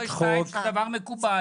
"הורה 2" זה דבר מקובל.